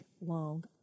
long